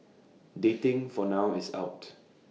dating for now is out